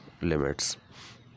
limits